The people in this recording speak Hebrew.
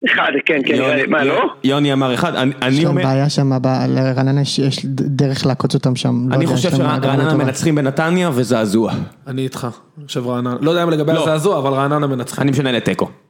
כן, כן, כן, מה לא? יוני אמר אחד, אני אומר... יש שם בעיה שם, לרעננה, יש דרך לעקוץ אותם שם. אני חושב שרעננה מנצחים בנתניה וזעזוע. אני איתך, עכשיו רעננה. לא יודע למה לגבי הזעזוע, אבל רעננה מנצחים. אני משנה לתיקו.